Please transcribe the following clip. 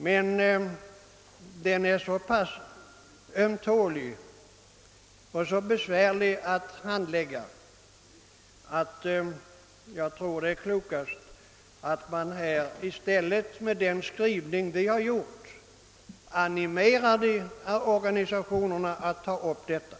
Men frågan är så ömtålig och så besvärlig att handlägga att det nog är klokast att man genom den skrivning utskottet har föreslagit animerar dessa organisationer att ta upp saken.